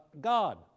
God